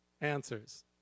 answers